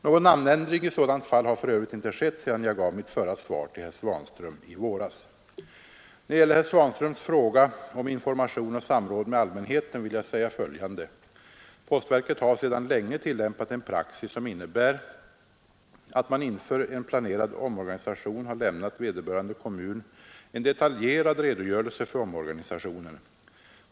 Någon namnändring i sådant fall har för övrigt inte skett sedan jag gav mitt förra svar till herr Svanström i våras. När det gäller herr Svanströms fråga om information och samråd med allmänheten vill jag säga följande. Postverket har sedan länge tillämpat en praxis som innebär att man inför en planerad omorganisation har lämnat vederbörande kommun en detaljerad redogörelse för omorganisationen.